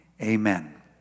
Amen